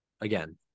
Again